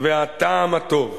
והטעם הטוב,